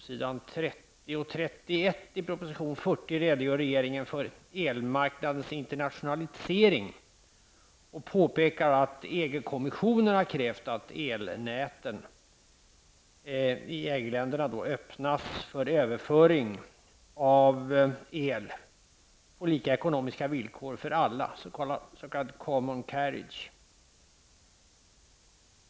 På s. 30 och 31 i propositionen redogör regeringen för elmarknadens internationalisering och påpekar att EG kommissionen har krävt att elnätet i EG-länderna skall öppnas för överföring av el på lika ekonomiska villkor för alla, s.k. common carriage.